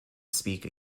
speak